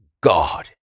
God